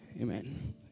Amen